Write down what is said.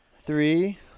three